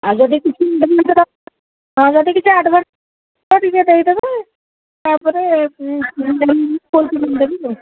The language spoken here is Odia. ଆଉ ଯଦି କିଛି ମନେକର ହଁ ଯଦି କିଛି ଆଡ଼ଭାନ୍ସ୍ କରିବେ ଦେଇ ଦେବେ ତା'ପରେ